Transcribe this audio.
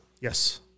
Yes